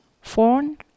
phone